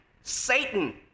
Satan